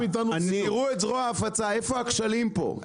אתם תראו את זרוע ההפצה איפה הכשלים פה,